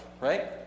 right